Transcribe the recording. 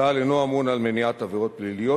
צה"ל אינו אמון על מניעת עבירות פליליות